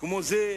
כמו זה.